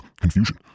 Confusion